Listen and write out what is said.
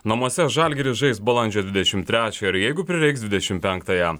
namuose žalgiris žais balandžio dvidešim trečią ir jeigu prireiks dvidešim penktąją